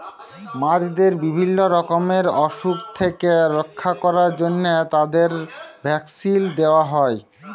মাছদের বিভিল্য রকমের অসুখ থেক্যে রক্ষা ক্যরার জন্হে তাদের ভ্যাকসিল দেয়া হ্যয়ে